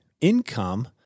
income